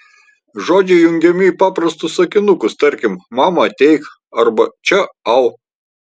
žodžiai jungiami į paprastus sakinukus tarkim mama ateik arba čia au